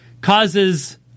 causes